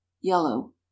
Yellow